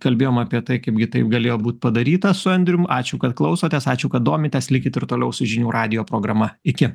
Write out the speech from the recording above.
kalbėjom apie tai kaipgi taip galėjo būt padaryta su andrium ačiū kad klausotės ačiū kad domitės likit ir toliau su žinių radijo programa iki